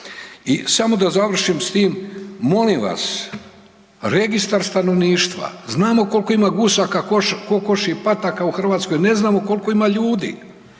I samo da završim s tim, molim vas registar stanovništva. Znamo koliko ima gusaka, kokoši i pataka u Hrvatskoj, a ne znamo koliko ima ljudi.